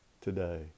today